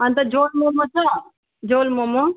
अनि त झोल मोमो छ झोल मोमो